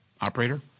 Operator